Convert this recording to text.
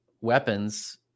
weapons